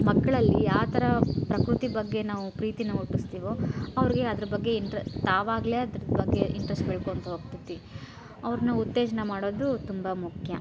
ಮಕ್ಕಳಲ್ಲಿ ಆ ಥರ ಪ್ರಕೃತಿ ಬಗ್ಗೆ ನಾವು ಪ್ರೀತಿನ ಹುಟ್ಟಿಸ್ತಿವೋ ಅವ್ರಿಗೆ ಅದ್ರ ಬಗ್ಗೆ ಇಂಟ್ರ್ ತಾವಾಗಲೇ ಅದ್ರದ್ದು ಬಗ್ಗೆ ಇಂಟ್ರೆಸ್ಟ್ ಬೆಳ್ಕೋತ ಹೋಗ್ತದೆ ಅವ್ರನ್ನ ಉತ್ತೇಜನ ಮಾಡೋದು ತುಂಬ ಮುಖ್ಯ